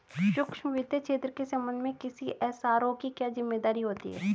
सूक्ष्म वित्त क्षेत्र के संबंध में किसी एस.आर.ओ की क्या जिम्मेदारी होती है?